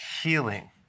healing